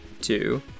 two